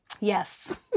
Yes